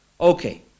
Okay